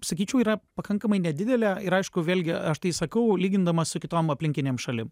sakyčiau yra pakankamai nedidelė ir aišku vėlgi aš tai sakau lygindamas su kitom aplinkinėm šalim